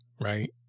right